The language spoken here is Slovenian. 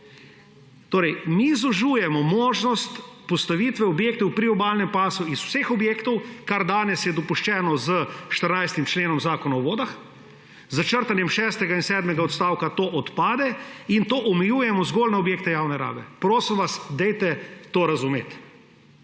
Torej mi zožujemo možnost postavitve objektov v priobalnem pasu iz vseh objektov, kar je danes dopuščeno s 14. členom Zakona o vodah, s črtanjem šestega in sedmega odstavka to odpade, in to omejujemo zgolj na objekte javne rabe. Prosim vas, dajte to razumeti.